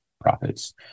profits